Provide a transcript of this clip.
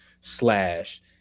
slash